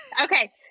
okay